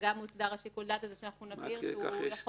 גם מוסדר שיקול הדעת הזה שאנחנו נבהיר שהוא יכול